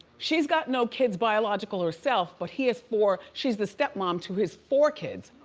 she's got no kids, biological herself, but he has four. she's the step-mom to his four kids.